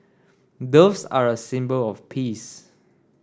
doves are a symbol of peace